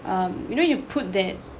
um you know you put that